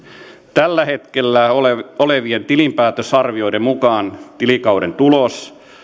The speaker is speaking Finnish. tällä hetkellä olevien tilinpäätösarvioiden mukaan tilikauden tulos